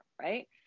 right